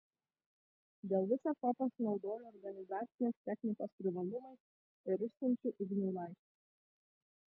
dėl visa ko pasinaudoju organizacinės technikos privalumais ir išsiunčiu ignui laišką